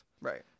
Right